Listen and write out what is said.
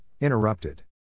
Interrupted